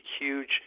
huge